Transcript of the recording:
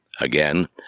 again